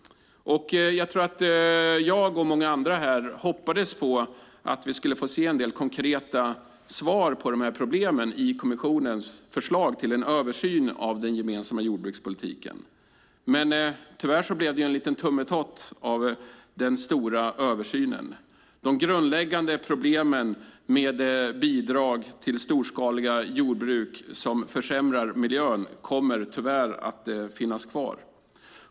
Jag tror att jag och många andra här hoppades på att vi skulle få se en del konkreta svar på dessa problem i kommissionens förslag till en översyn av den gemensamma jordbrukspolitiken. Tyvärr blev det dock en liten tummetott av den stora översynen. De grundläggande problemen med bidrag till storskaliga jordbruk som försämrar miljön kommer tyvärr att finnas kvar.